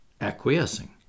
acquiescing